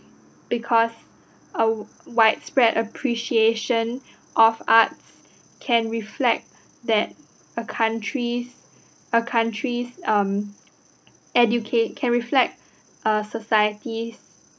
because a widespread appreciation of arts can reflect that a country's a country's um educate~ can reflect a society's